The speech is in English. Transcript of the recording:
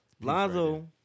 Lonzo